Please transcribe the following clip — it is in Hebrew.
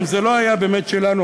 אם זה לא היה באמת שלנו,